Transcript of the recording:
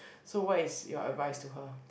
so what is your advice to her